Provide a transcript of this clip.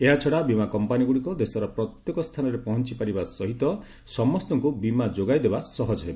ଏହାଛଡ଼ା ବୀମା କମ୍ପାନୀଗ୍ରଡ଼ିକ ଦେଶର ପ୍ରତ୍ୟେକ ସ୍ଥାନରେ ପହଞ୍ଚପାରିବା ସହିତ ସମସ୍ତଙ୍କ ବୀମା ଯୋଗାଇ ଦେବା ସହଜ ହେବ